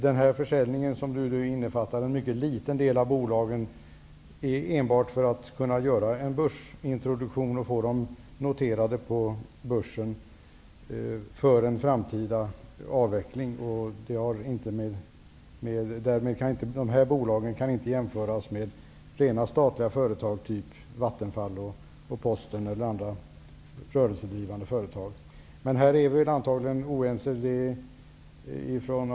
Den här försäljningen, som innefattar en mycket liten del av bolagen, gör man enbart för att kunna göra en börsintroduktion och få dessa bolag noterade på börsen för en framtida avveckling. Dessa bolag kan inte jämföras med rena statliga företag, typ Vattenfall, Posten eller andra rörelsedrivande företag. Här är vi antagligen oense.